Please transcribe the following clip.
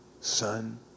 son